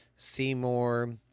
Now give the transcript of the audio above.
Seymour